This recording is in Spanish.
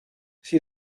sin